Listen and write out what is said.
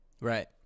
right